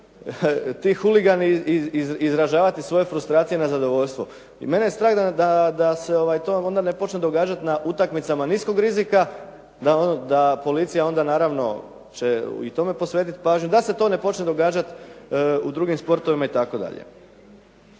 ti huligani izražavati svoje frustracije i nezadovoljstvo? Mene je strah da se to onda ne počne događati na utakmicama niskog rizika, da policija onda naravno će i tome posvetiti pažnju, da se to ne počne događati u drugim sportovima itd.